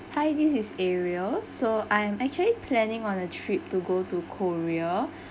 hi this is ariel so I'm actually planning on a trip to go to korea